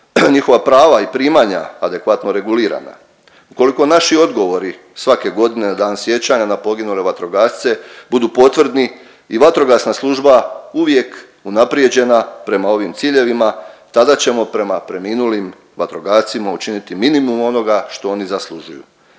njihova prava i primanja adekvatno regulirana? Ukoliko naši odgovori svake godine na dan sjećanja na poginule vatrogasce butu potvrdni i vatrogasna služba uvijek unaprijeđena prema ovim ciljevima, tada ćemo prema preminulim vatrogascima učiniti minimum onoga što oni zaslužuju